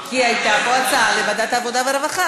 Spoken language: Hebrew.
כי הייתה פה הצעה לוועדת העבודה והרווחה.